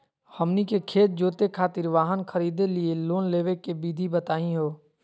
हमनी के खेत जोते खातीर वाहन खरीदे लिये लोन लेवे के विधि बताही हो?